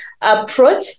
approach